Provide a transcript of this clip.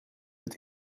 het